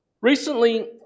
Recently